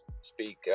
speak